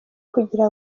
kugira